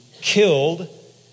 killed